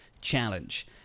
challenge